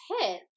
hit